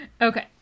okay